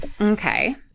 Okay